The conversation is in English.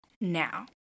now